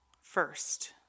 first